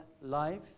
life